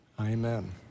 Amen